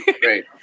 Great